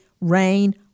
rain